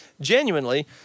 Genuinely